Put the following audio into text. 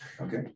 Okay